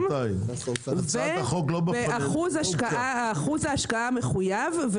-- הצעת החוק ----- ואחוז ההשקעה המחויב,